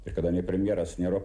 ir kadangi premjeras nėra